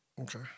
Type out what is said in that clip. Okay